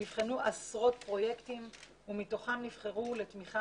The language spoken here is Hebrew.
נבחנו עשרות פרויקטים ומתוכם נבחרו לתמיכה